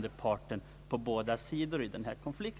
så att säga på båda sidor i denna konflikt.